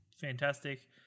fantastic